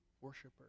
worshiper